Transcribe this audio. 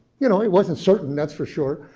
you know it wasn't certain. that's for sure.